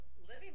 living